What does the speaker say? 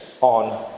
on